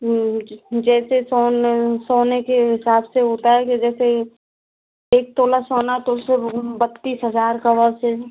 जैसे सोने सोने के हिसाब से होता है कि जैसे एक तोला तो सिर्फ बत्तीस हज़ार